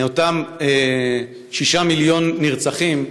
מאותם שישה מיליון נרצחים,